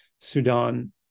sudan